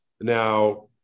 Now